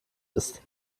ist